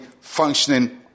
functioning